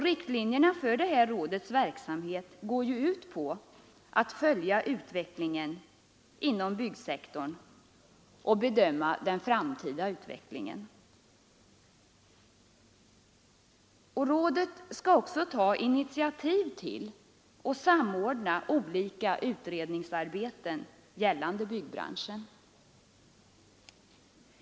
Riktlinjerna för rådets verksamhet går ut på att rådet skall följa utvecklingen inom byggsektorn och bedöma den framtida utvecklingen. Rådet skall också ta initiativ till och samordna olika utredningsarbeten gällande byggbranschen.